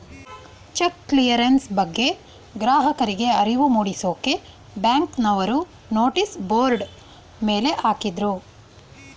check clearance ಬಗ್ಗೆ ಗ್ರಾಹಕರಿಗೆ ಅರಿವು ಮೂಡಿಸಕ್ಕೆ ಬ್ಯಾಂಕ್ನವರು ನೋಟಿಸ್ ಬೋರ್ಡ್ ಮೇಲೆ ಹಾಕಿದ್ರು